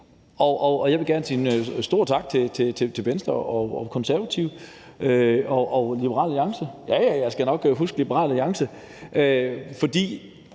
Jeg vil gerne sende en stor tak til Venstre, Konservative og Liberal Alliance. Jeg skal nok huske Liberal Alliance, for